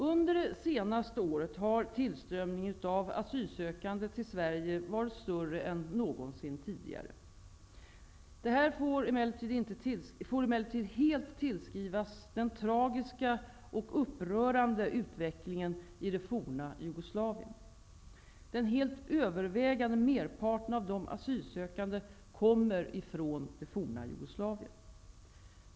Under det senaste året har tillströmningen av asylsökande till Sverige varit större än någonsin tidigare. Detta får emellertid helt tillskrivas den tragiska och upprörande utvecklingen i det forna Jugoslavien. Den helt övervägande merparten av de asylsökande kommer från det forna Jugoslavien.